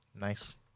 Nice